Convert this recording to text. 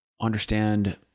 understand